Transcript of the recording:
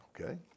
Okay